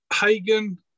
Hagen